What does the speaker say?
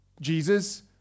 Jesus